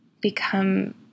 become